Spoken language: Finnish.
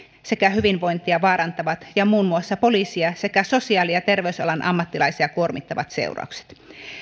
sekä hyvinvointia vaarantavat ja muun muassa poliisia sekä sosiaali ja terveysalan ammattilaisia kuormittavat seuraukset